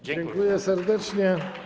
Dziękuję serdecznie.